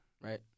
right